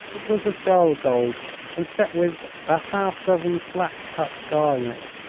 it was of dull gold and set with a half dozen flat-cut garnets.